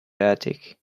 attic